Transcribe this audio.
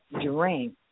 drink